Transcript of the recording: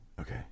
Okay